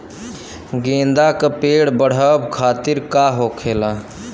गेंदा का पेड़ बढ़अब खातिर का होखेला?